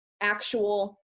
actual